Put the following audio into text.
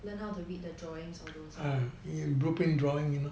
learn how to read the drawing all those ah